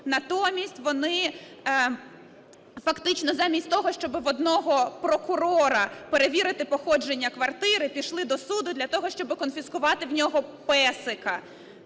Натомість, вони фактично замість того, щоб в одного прокурора перевірити походження квартири, пішли до суду для того, щоб конфіскувати у нього песика.